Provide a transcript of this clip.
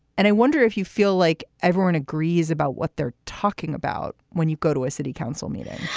and i wonder if you feel like everyone agrees about what they're talking about when you go to a city council meeting,